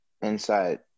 inside